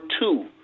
two